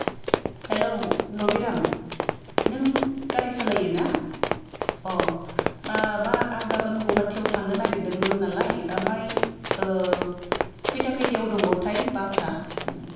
hello Rabiram नों गारि सालायो ना अ' माबा आं गाबोन गुवाहाटीआव थांनो नागिरदोंमोन नालाय ओमफ्राय खैथा खैथायाव दङथाय बास आ